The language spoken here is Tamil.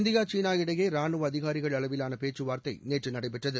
இந்தியா சீனா இடையே ரானுவ அதிகாரிகள் அளவிவான பேச்சுவார்த்தை நேற்று நடைபெற்றது